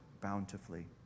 bountifully